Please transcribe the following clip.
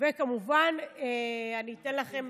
וכמובן, אני אתן לכם,